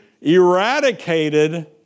eradicated